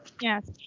Yes